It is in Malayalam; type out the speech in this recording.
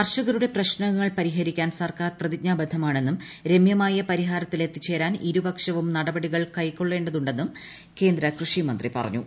കർഷകരുടെ പ്രശ്നങ്ങൾ പരിഹരിക്കാൻ സർക്കാർ പ്രതിജ്ഞാബദ്ധമാണെന്നും രമൃമായ പരിഹാരത്തിൽ എത്തിച്ചേരാൻ ഇരുപക്ഷവും നടപടികൾ കൈക്കൊള്ളേണ്ട തുണ്ടെന്നും കേന്ദ്ര കൃഷി മന്ത്രി പറഞ്ഞു